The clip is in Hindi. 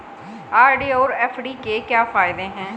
आर.डी और एफ.डी के क्या फायदे हैं?